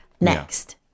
Next